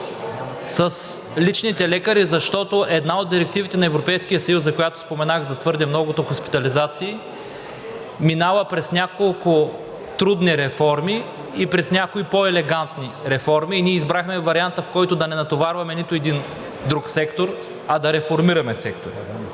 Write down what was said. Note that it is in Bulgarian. с личните лекари, защото една от директивите на Европейския съюз, за която споменах – за твърде многото хоспитализации, минава през няколко трудни реформи и през някои по-елегантни реформи. Ние избрахме варианта, в който да не натоварваме нито един друг сектор, а да реформираме сектора.